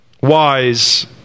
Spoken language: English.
Wise